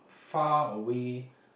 far away